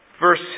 verse